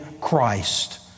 Christ